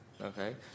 Okay